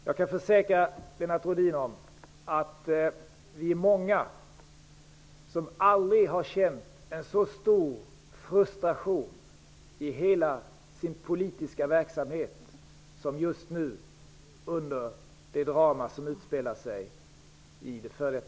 Jag kan försäkra Lennart Rohdin att vi är många som aldrig har känt en så stor frustration i hela vår politiska verksamhet som just nu under det drama som utspelar sig i det f.d. Jugoslavien.